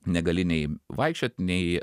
negali nei vaikščiot nei